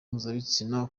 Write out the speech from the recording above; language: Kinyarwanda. mpuzabitsina